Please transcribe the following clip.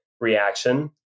reaction